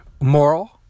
moral